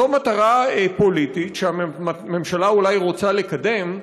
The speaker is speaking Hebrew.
זאת מטרה פוליטית שהממשלה אולי רוצה לקדם.